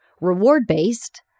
Reward-based